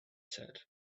said